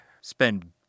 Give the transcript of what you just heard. spend